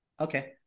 Okay